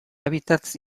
hábitats